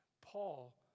Paul